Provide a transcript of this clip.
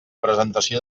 presentació